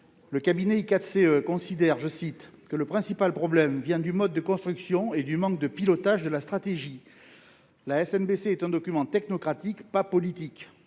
Le cabinet I4CE considère que « le principal problème vient du mode de construction et du manque de pilotage de la stratégie. La SNBC est un document technocratique, pas politique.